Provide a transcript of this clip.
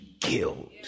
killed